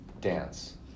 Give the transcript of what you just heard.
dance